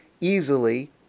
easily